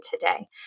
today